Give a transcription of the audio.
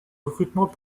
recrutement